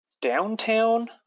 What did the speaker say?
downtown